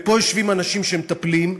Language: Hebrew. ופה יושבים אנשים שמטפלים,